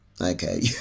Okay